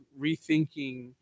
rethinking